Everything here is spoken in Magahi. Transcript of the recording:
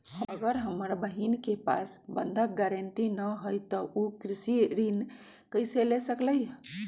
अगर हमर बहिन के पास बंधक गरान्टी न हई त उ कृषि ऋण कईसे ले सकलई ह?